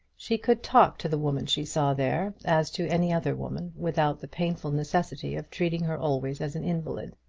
she could talk to the woman she saw there, as to any other woman, without the painful necessity of treating her always as an invalid.